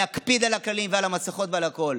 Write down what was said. להקפיד על הכללים, על המסכות ועל הכול,